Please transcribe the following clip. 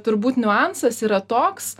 turbūt niuansas yra toks